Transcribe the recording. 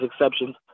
exceptions